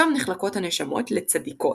שם נחלקות הנשמות ל"צדיקות",